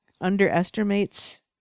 underestimates